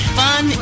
fun